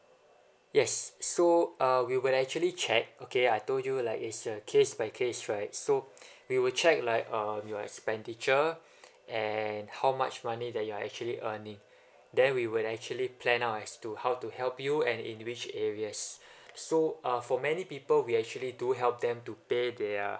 yes so uh we would actually check okay I told you like is a case by case right so we will check like um your expenditure and how much money that you're actually earning then we would actually plan out as to how to help you and in which areas so uh for many people we actually do help them to pay their